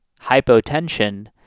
hypotension